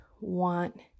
want